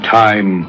time